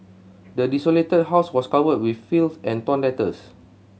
the desolated house was covered with filth and torn letters